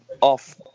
off